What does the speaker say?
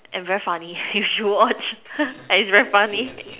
and very funny you should watch it's very funny